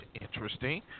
Interesting